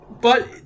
But-